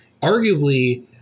arguably